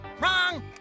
Wrong